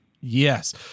yes